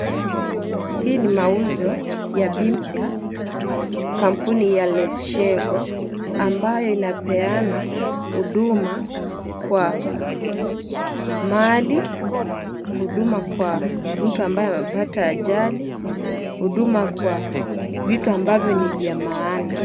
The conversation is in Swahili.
Hii ni mauzo ya bima ya kampuni ya Letshego ambayo inapeana huduma kwa mali, huduma kwa mtu ambaye amepata ajali, huduma kwa vitu ambavyo ni vya maana.